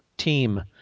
team